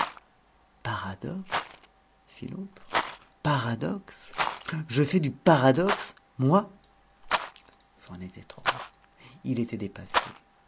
paradoxe fit l'autre paradoxe je fais du paradoxe moi c'en était trop il était dépassé